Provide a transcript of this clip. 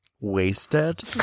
wasted